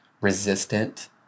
resistant